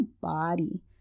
body